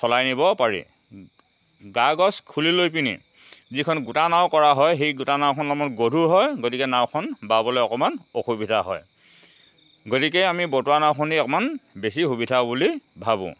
চলাই নিব পাৰি গা গছ খুলি লৈ পেনি যিখন গোটা নাও কৰা হয় সেই গোটা নাওখন অলপমান গধুৰ হয় গতিকে নাওখন বাবলৈ অকণমান অসুবিধা হয় গতিকে আমি বতুৱা নাওখনেই অকণমান বেছি সুবিধা বুলি ভাবোঁ